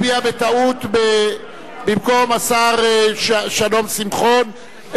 לא, השר מרגי הצביע בטעות במקום השר שלום שמחון,